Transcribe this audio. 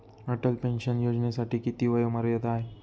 Atal pension योजनेसाठी किती वयोमर्यादा आहे?